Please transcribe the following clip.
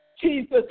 Jesus